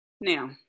Now